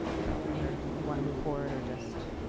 about whether you want to move forward or just